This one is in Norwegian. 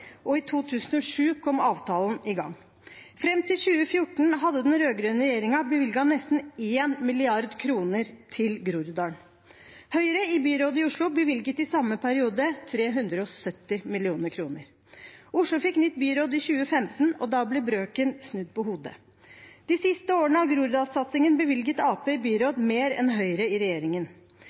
og i 2007 kom avtalen i gang. Fram til 2014 hadde den rød-grønne regjeringen bevilget nesten 1 mrd. kr til Groruddalen. Høyre i byråd i Oslo bevilget i samme periode 370 mill. kr. Oslo fikk nytt byråd i 2015, og da ble brøken snudd på hodet. De siste årene av Groruddalssatsingen bevilget Arbeiderpartiet i byråd mer enn Høyre i